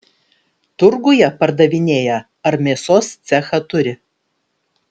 turguje pardavinėja ar mėsos cechą turi